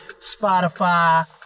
Spotify